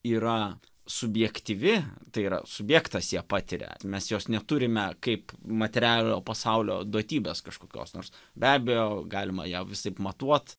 yra subjektyvi tai yra subjektas ją patiria mes jos neturime kaip materialiojo pasaulio duotybės kažkokios nors be abejo galima ją visaip matuot